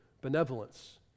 benevolence